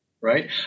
right